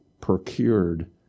procured